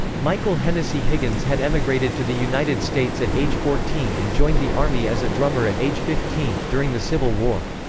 michael hennessey higgins had emigrated to the united states at age fourteen and joined the army as a drummer at age fifteen, during the civil war.